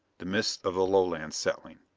the mists of the lowlands settling.